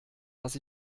was